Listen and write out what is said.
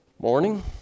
Morning